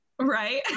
Right